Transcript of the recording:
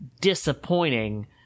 disappointing